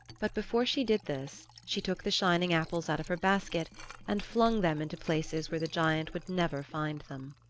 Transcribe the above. but before she did this she took the shining apples out of her basket and flung them into places where the giant would never find them.